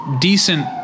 decent